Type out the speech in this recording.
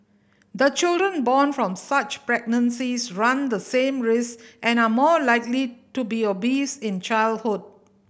the children born from such pregnancies run the same risk and are more likely to be obese in childhood